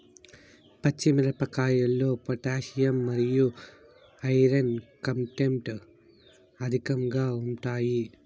పచ్చి మిరపకాయల్లో పొటాషియం మరియు ఐరన్ కంటెంట్ అధికంగా ఉంటాయి